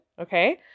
okay